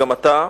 גם אתה,